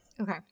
Okay